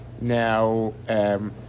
Now